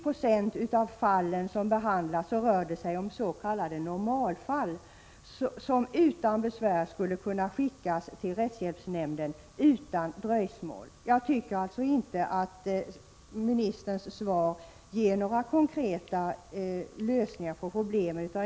Av de fall som behandlas är 90 96 s.k. normalfall, som utan besvär skulle kunna skickas i väg till rättshjälpsnämnden utan dröjsmål. Jag tycker inte att invandrarministerns svar ger några konkreta förslag till lösningar på problemet.